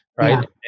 right